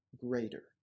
greater